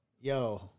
Yo